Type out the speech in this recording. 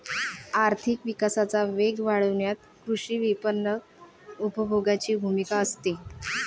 आर्थिक विकासाचा वेग वाढवण्यात कृषी विपणन उपभोगाची भूमिका असते